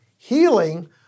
Healing